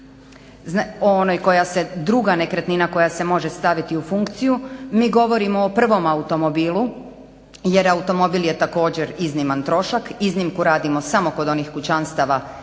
o onoj koja se, druga nekretnina koja se može staviti u funkciju. Mi govorimo o prvom automobilu, jer automobil je također izniman trošak. Iznimku radimo samo kod onih kućanstava u kojima